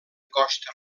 costa